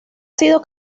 sido